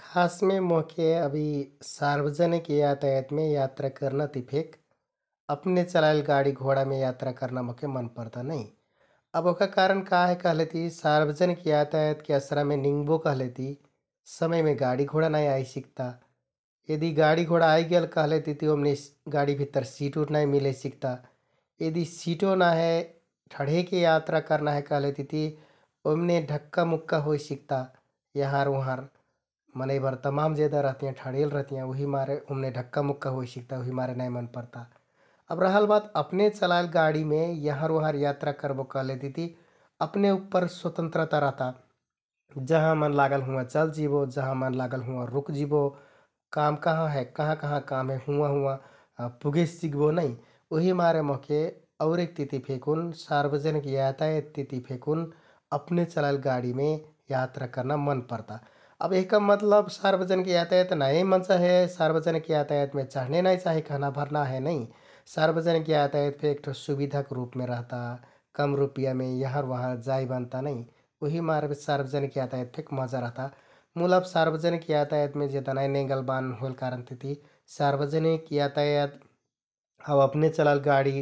खासमे मोहके अब यि सार्बजनिक यातायातमे यात्रा करना ति फेक अपने चलाइल गाडि घोडामे यात्रा करना मोहके मन परता नै । अब ओहका कारण का हे कहलेति सार्बजनिक यातायातके असरामे निंगबो कहलेति समयमे गाडी घोडा नाइ आइ सिकता । यदि गाडि घोडा आइगेल कहलेतिति ओम्‍ने गाडिभित्तर सिट उट नाइ मिले सिकता । यदि सिटो ना हे ठड्‍हेके यात्रा करना हे कहलेतिति ओम्‍ने ढक्का मुक्का होइ सिकता यहँर उहँर । मनैंभर तमाम रहतियाँ, ठड्हेल रहतियाँ उहिमारे ओम्‍ने ढक्का मुक्का होइ सिकता उहिमारे नाइ मन परता । अब रहल बात अपने चलाइल गाडिमे यहँर उहँर यात्रा करबो कहलेतिति अपने उप्पर स्वतन्त्रता रहता । जहाँ मन लागल हुँवाँ चल जिबो, जहाँ मन लागल हुँवा रुक जिबो । काम कहाँ हे, कहाँ कहाँ काम हे हुँवाँ हुँवाँ पुगे सिकबो नै । उहिमारे मोहके औरेक तिति फेकुन, सार्बजनिक यातायाततिति फेकुन अपने चलाइल गाडिमे यात्रा करना मन परता । अब यहका मतलब सार्बजनिक यातायात नाइ मजा हे, सार्बजनिक यातायातमे चढ्ने नाइ चाहि कहनाभर नाइ हे नै, सार्बजनिक यातायात फेकुन एक ठो सुबिधाक रुपमे रहता । कम रुपियामे यहँर उहँर जाइ बनता नै उहिमारे सार्बजनिक यातायात फेक मजा रहता । मुल अब सार्बजनिक यातायातमे जेदा नाइ नेंगल बान होइल कारण तिति सार्बजनिक यातायात आउ अपने चलाइल गाडि